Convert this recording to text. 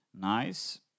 nice